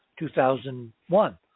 2001